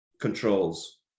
controls